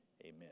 amen